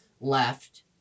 left